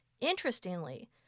Interestingly